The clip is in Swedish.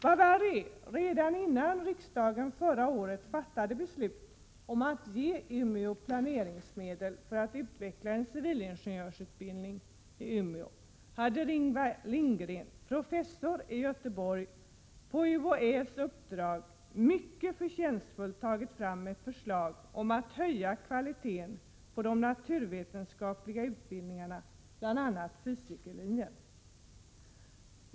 Värre är att redan innan riksdagen förra året fattade beslut om att ge Umeå planeringsmedel för att utveckla en civilingenjörsutbildning i Umeå, hade Ingvar Lindgren, professor i Göteborg, på UHÄ:s uppdrag mycket förtjänstfullt tagit fram ett förslag om att höja kvaliteten på de naturvetenskapliga utbildningarna, bl.a. fysikerlinjen.